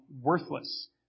worthless